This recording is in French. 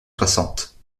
soixante